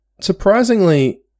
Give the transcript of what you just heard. surprisingly